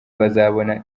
bazabona